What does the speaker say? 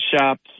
shops